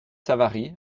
savary